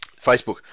Facebook